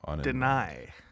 deny